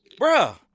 Bruh